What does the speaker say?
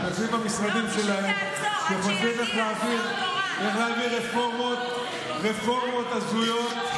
הם יושבים במשרדים שלהם ומוצאים איך להעביר רפורמות הזויות,